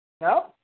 No